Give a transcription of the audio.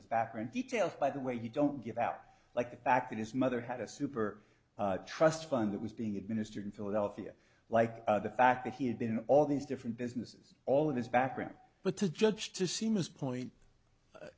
his background details by the way you don't give out like the fact that his mother had a super trust fund that was being administered in philadelphia like the fact that he had been all these different businesses all in his background but to judge to see most point